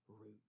root